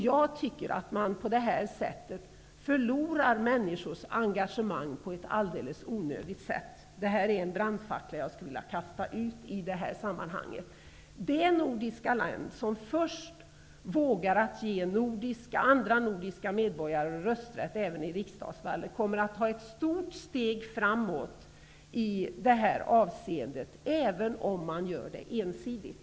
Jag tycker att man med nuvarande ordning förlorar människors engagemang på ett alldeles onödigt sätt. Det är en brandfackla som jag skulle vilja kasta ut i detta sammanhang. Det nordiska land som först vågar ge andra nordiska medborgare rösträtt även i parlamentsval kommer att ta ett stort steg framåt i det här avseendet, även om det sker ensidigt.